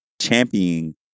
championing